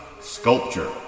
sculpture